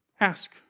Ask